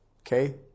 okay